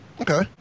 Okay